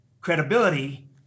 Credibility